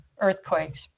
earthquakes